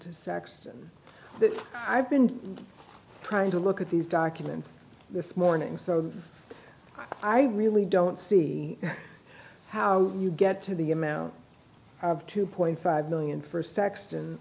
when i've been trying to look at these documents this morning i really don't see how you get to the amount of two point five million for sex und